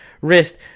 wrist